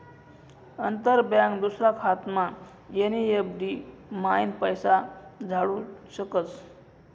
अंतर बँक दूसरा खातामा एन.ई.एफ.टी म्हाईन पैसा धाडू शकस